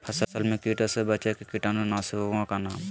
फसल में कीटों से बचे के कीटाणु नाशक ओं का नाम?